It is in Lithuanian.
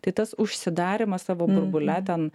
tai tas užsidarymas savo burbule ten